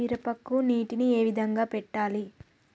మిరపకి నీటిని ఏ విధంగా పెట్టాలి?